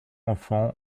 enfants